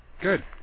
Good